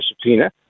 subpoena